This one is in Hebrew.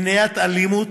מניעת אלימות.